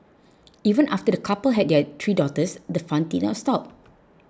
even after the couple had their three daughters the fun did not stop